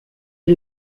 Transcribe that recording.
est